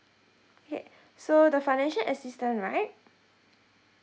okay so the financial assistant right